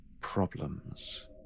problems